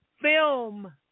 film